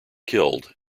killed